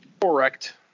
Correct